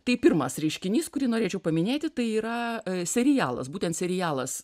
tai pirmas reiškinys kurį norėčiau paminėti tai yra serialas būtent serialas